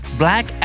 black